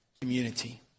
community